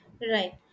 Right